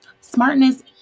Smartness